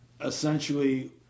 Essentially